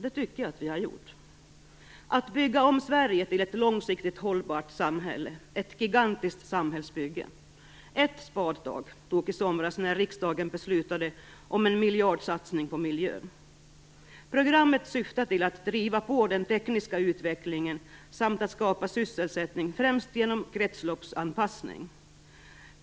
Det tycker jag att vi har gjort. Att bygga om Sverige till ett långsiktigt hållbart samhälle är ett gigantiskt samhällsbygge. Ett spadtag togs i somras när riksdagen beslutade om en miljardsatsning på miljön. Programmet syftar till att driva på den tekniska utvecklingen samt att skapa sysselsättning främst genom kretsloppsanpassning.